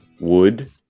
wood